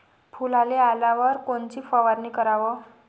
फुलाले आल्यावर कोनची फवारनी कराव?